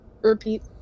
Repeat